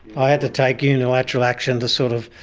i had to take unilateral action to sort of